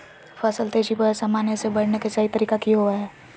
फसल तेजी बोया सामान्य से बढने के सहि तरीका कि होवय हैय?